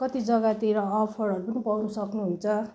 कति जग्गातिर अफरहरू पनि पाउन सक्नुहुन्छ